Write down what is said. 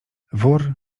wór